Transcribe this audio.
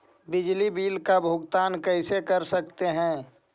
बिजली बिल का भुगतान कैसे कर सकते है?